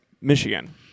michigan